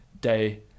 day